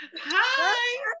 hi